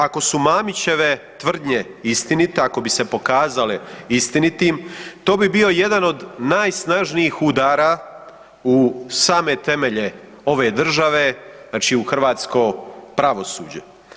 Ako su Mamićeve tvrdnje istinite, ako bi se pokazale istinitim, to bi bio jedan od najsnažnijih udara u same temelje ove države, znači u hrvatsko pravosuđe.